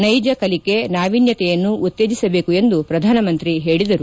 ನೈಜ ಕಲಿಕೆ ನಾವಿನ್ಯತೆಯನ್ನು ಉತ್ತೇಜಿಸಬೇಕು ಎಂದು ಪ್ರಧಾನಮಂತ್ರಿ ಹೇಳದರು